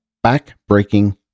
back-breaking